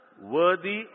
worthy